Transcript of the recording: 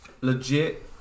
Legit